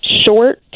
short